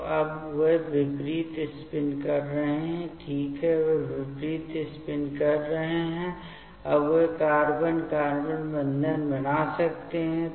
तो अब वे विपरीत स्पिन कर रहे हैं ठीक है वे विपरीत स्पिन कर रहे हैं अब वे कार्बन कार्बन बंधन बना सकते हैं